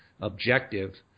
objective